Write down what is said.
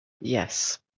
yes